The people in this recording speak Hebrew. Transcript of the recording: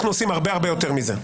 אנחנו עושים הרבה-הרבה יותר מזה.